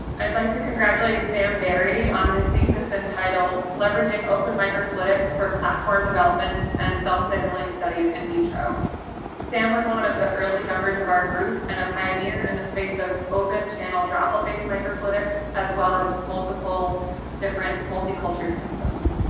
and like to congratulate sam berry on his thesis entitled leveraging open microfluidics for platform development and self-signaling studies in vitro sam was one one of the early members of our group and a pioneer in the space of open channel droplet-based microfluidics, as well as multiple different multi-culture systems.